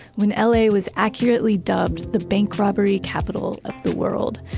when la was accurately dubbed the bank robbery capital of the world.